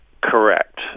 correct